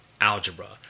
algebra